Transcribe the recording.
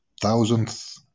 thousandth